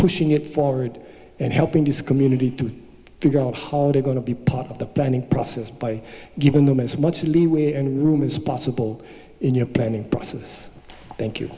pushing it forward and helping this community to figure out how they're going to be part of the planning process by given them as much leeway and room as possible in your planning process thank you